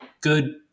good